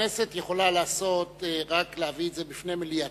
הכנסת יכולה רק להביא את זה בפני מליאתה,